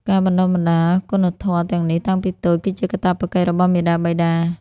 ការបណ្ដុះបណ្ដាលគុណធម៌ទាំងនេះតាំងពីតូច គឺជាកាតព្វកិច្ចរបស់មាតាបិតា។